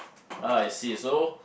ah I see so